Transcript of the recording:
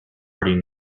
already